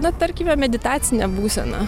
na tarkime meditacinę būseną